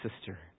sister